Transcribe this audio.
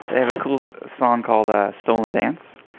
they have a cool song called ah stolen dance.